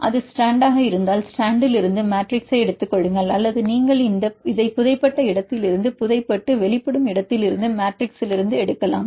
அது ஸ்ட்ராண்டாக இருந்தால் ஸ்ட்ராண்டிலிருந்து மேட்ரிக்ஸை எடுத்துக் கொள்ளுங்கள் அல்லது நீங்கள் இதை புதைப்பட்ட இடத்திலிருந்து புதைப்பட்டு வெளிப்படும் இடத்திலிருந்து மேட்ரிக்ஸிலிருந்து எடுக்கலாம்